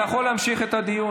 אתה יכול להמשיך את הדיון,